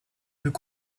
peut